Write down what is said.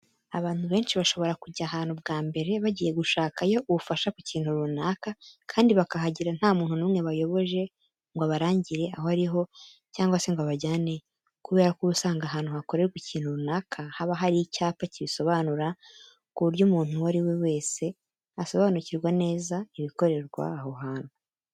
Abantu benshi bashobora kujya ahantu bwa mbere bagiye gushaka yo ubufasha ku kintu runaka kandi bakahagera nta muntu n'umwe bayoboje ngo abarangire aho ari ho cyangwa se ngo abajyaneyo, kubera ko uba usanga ahantu hakorerwa ikintu runaka haba hari icyapa kibisobanura ku buryo umuntu uwo ari we wese asobanukirwa neza ibikorerwa aho hantu.